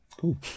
cool